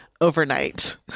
overnight